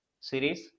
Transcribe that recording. series